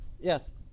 yes